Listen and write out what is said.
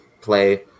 play